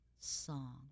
song